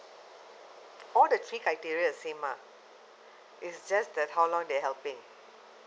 all the three criteria is the same lah it's just the how long they're helping